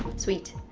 sweet.